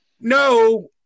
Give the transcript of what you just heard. no